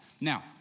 Now